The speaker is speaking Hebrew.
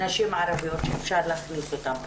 נשים ערביות שאפשר להכניס אותן.